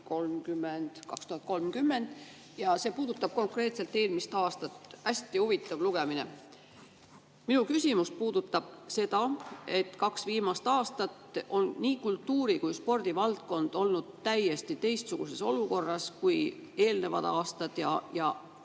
aastani 2030 ja konkreetselt eelmist aastat. Hästi huvitav lugemine! Minu küsimus puudutab seda, et kaks viimast aastat on nii kultuuri- kui ka spordivaldkond olnud täiesti teistsuguses olukorras kui eelnenud aastatel ja ma